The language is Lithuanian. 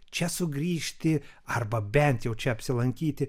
čia sugrįžti arba bent jau čia apsilankyti